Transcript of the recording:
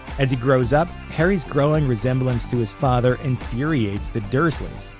as he grows up, harry's growing resemblance to his father infuriates the dursleys,